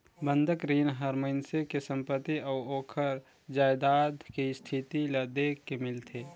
बंधक रीन हर मइनसे के संपति अउ ओखर जायदाद के इस्थिति ल देख के मिलथे